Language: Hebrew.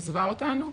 עזבה אותנו.